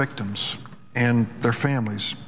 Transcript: victims and their families